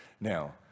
Now